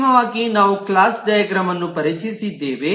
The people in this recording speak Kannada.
ಅಂತಿಮವಾಗಿ ನಾವು ಕ್ಲಾಸ್ ಡೈಗ್ರಾಮ್ವನ್ನು ಪರಿಚಯಿಸಿದ್ದೇವೆ